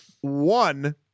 one